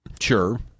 sure